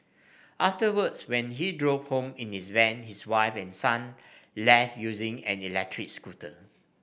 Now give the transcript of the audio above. afterwards when he drove home in his van his wife and son left using an electric scooter